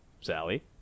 Sally